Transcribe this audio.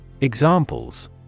Examples